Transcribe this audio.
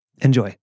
Enjoy